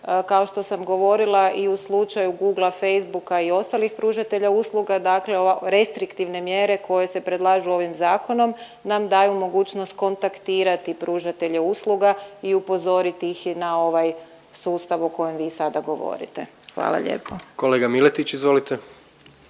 Kao što sam govorila i u slučaju Googla, Facebooka i ostalih pružatelja usluga, dakle ove restriktivne mjere koje se predlažu ovim zakonom nam daju mogućnost kontaktirati pružatelje usluga i upozoriti ih i na ovaj sustav o kojem vi sada govorite. Hvala lijepo. **Jandroković, Gordan